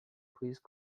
please